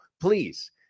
please